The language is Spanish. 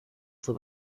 fue